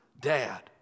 dad